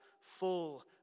full